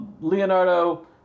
leonardo